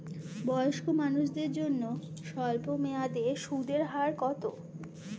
বয়স্ক মানুষদের জন্য স্বল্প মেয়াদে সুদের হার কত?